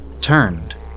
turned